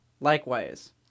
Likewise